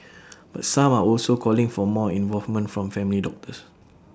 but some are also calling for more involvement from family doctors